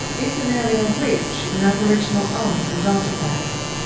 it's an area rich in aboriginal art and artefacts.